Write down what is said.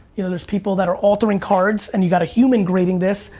you know, there's people that are altering cards and you got a human grading this.